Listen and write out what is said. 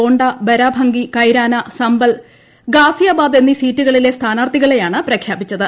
ഗോണ്ട ബരാഭങ്കി കൈരാന സംബൽ ഗാസിയാബാദ് എന്നീ സീറ്റുകളില്പ് സ്ഥാനാർത്ഥികളെയാണ് പ്രഖ്യാപിച്ചത്